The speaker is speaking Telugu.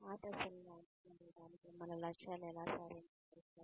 ఆ దశలను అంచనా వేయడానికి మన లక్ష్యాలు ఎలా సాధించబడతాయి